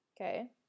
Okay